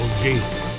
Jesus